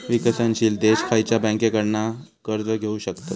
विकसनशील देश खयच्या बँकेंकडना कर्ज घेउ शकतत?